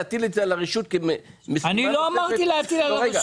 להטיל את זה על הרשות --- אני לא אמרתי להטיל את זה על הרשות.